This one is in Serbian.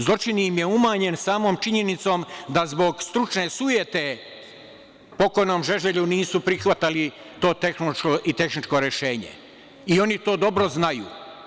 Zločin im je umanjen samom činjenicom da zbog stručne sujete pokojnom Žeželju nisu prihvatali to tehnološko i tehničko rešenje, i oni to dobro znaju.